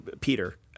Peter